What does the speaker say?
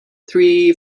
three